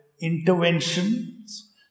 interventions